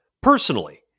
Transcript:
personally